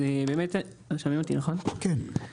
שמי נעם